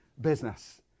business